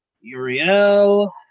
Uriel